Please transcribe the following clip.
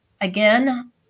Again